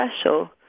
special